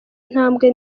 intambwe